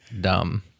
dumb